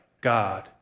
God